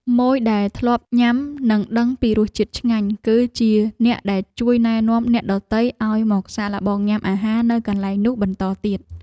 ម៉ូយដែលធ្លាប់ញ៉ាំនិងដឹងពីរសជាតិឆ្ងាញ់ គឺជាអ្នកដែលជួយណែនាំអ្នកដទៃឱ្យមកសាកល្បងញ៉ាំអាហារនៅកន្លែងនោះបន្តទៀត។